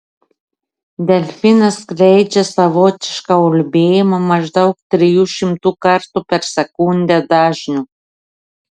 delfinas skleidžia savotišką ulbėjimą maždaug trijų šimtų kartų per sekundę dažniu